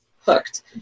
hooked